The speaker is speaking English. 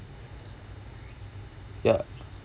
ya